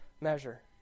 measure